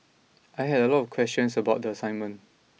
I had a lot of questions about the assignment